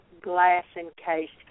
glass-encased